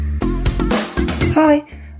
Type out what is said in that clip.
Hi